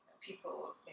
people